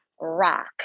rock